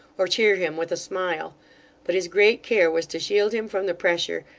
or cheer him with a smile but his great care was to shield him from the pressure,